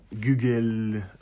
Google